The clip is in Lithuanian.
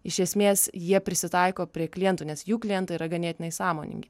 iš esmės jie prisitaiko prie klientų nes jų klientai yra ganėtinai sąmoningi